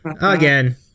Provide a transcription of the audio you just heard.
again